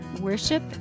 worship